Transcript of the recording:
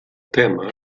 tema